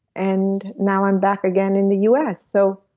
and now i'm back again in the us. so